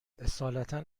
اصالتا